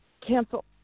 cancel